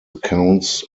accounts